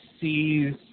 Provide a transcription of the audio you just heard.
sees